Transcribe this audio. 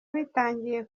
bitangiye